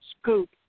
scoop